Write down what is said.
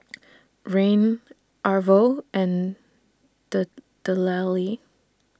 Rahn Arvo and Dellie